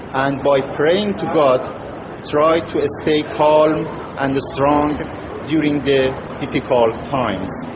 and by praying to god try to stay calm and strong during the difficult times.